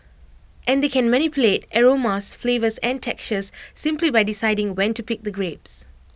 and they can manipulate aromas flavours and textures simply by deciding when to pick the grapes